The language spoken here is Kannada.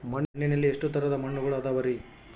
ಮಣ್ಣಿನಲ್ಲಿ ಎಷ್ಟು ತರದ ಮಣ್ಣುಗಳ ಅದವರಿ?